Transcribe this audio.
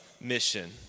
mission